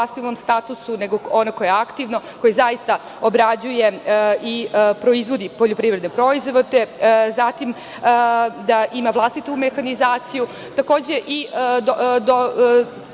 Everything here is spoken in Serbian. je pasivnom statusu, nego ono koje je aktivno, koje zaista obrađuje i proizvodi poljoprivredne proizvode, zatim da ima vlastitu mehanizaciju. Takođe, tačno